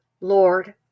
Lord